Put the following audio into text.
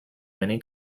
many